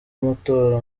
amatora